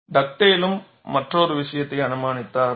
டக்டேலும் மற்றொரு விஷயத்தை அனுமானித்தார்